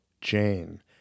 JANE